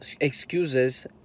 excuses